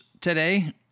today